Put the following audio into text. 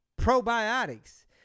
probiotics